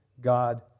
God